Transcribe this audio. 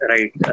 Right